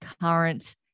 current